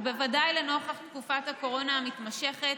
ובוודאי לנוכח תקופת הקורונה המתמשכת,